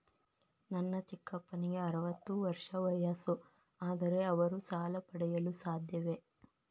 ನನ್ನ ಚಿಕ್ಕಪ್ಪನಿಗೆ ಅರವತ್ತು ವರ್ಷ ವಯಸ್ಸು, ಆದರೆ ಅವರು ಸಾಲ ಪಡೆಯಲು ಸಾಧ್ಯವೇ?